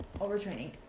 overtraining